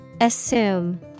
Assume